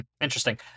interesting